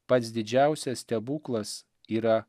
pats didžiausias stebuklas yra